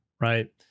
Right